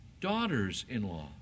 daughters-in-law